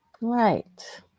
Right